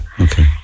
Okay